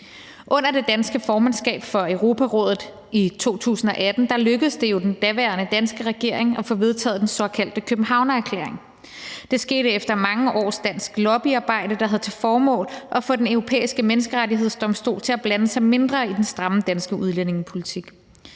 Under det danske formandskab for Europarådet i 2018 lykkedes det jo den daværende danske regering at få vedtaget den såkaldte Københavnererklæring. Det skete efter mange års dansk lobbyarbejde, der havde til formål at få Den Europæiske Menneskerettighedsdomstol til at blande sig mindre i den stramme danske udlændingepolitik.